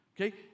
okay